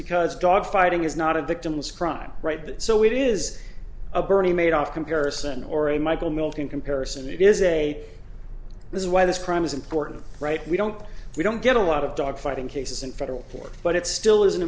because dogfighting is not a victimless crime right but so it is a bernie made off comparison or a michael milken comparison it is a this is why this crime is important right we don't we don't get a lot of dogfighting case in federal court but it still is